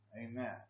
amen